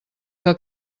que